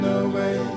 away